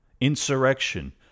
Insurrection